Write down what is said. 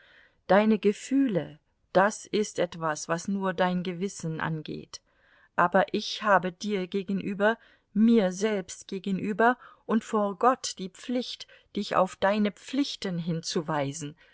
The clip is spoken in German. deine gefühle das ist etwas was nur dein gewissen angeht aber ich habe dir gegenüber mir selbst gegenüber und vor gott die pflicht dich auf deine pflichten hinzuweisen